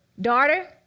Daughter